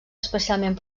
especialment